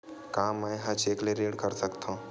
का मैं ह चेक ले ऋण कर सकथव?